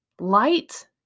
Light